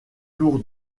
tour